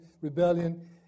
rebellion